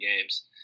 games